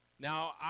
Now